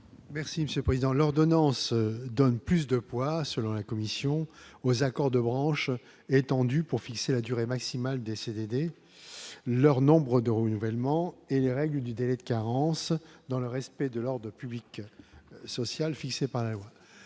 Merci Monsieur le Président, l'ordonnance donne plus de poids, selon la Comission aux accords de branche étendu pour fixer la durée maximale des CDD, leur nombre de renouvellement et les règles du délai de carence dans le respect de l'ordre public social fixé par la loi,